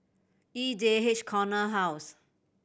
E J H Corner House